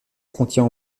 contient